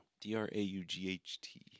D-R-A-U-G-H-T